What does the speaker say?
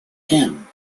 him